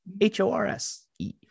H-O-R-S-E